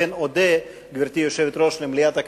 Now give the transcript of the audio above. לכן אודה למליאת הכנסת,